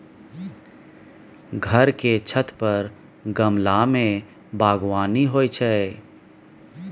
घर के छत पर गमला मे बगबानी होइ छै